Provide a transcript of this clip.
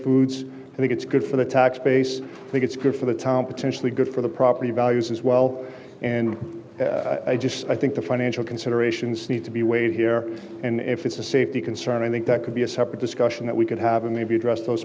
foods i think it's good for the tax base i think it's good for the tom potentially good for the property values as well and i just i think the financial considerations need to be weighed here and if it's a safety concern i think that could be a separate discussion that we could happen maybe address those